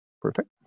perfect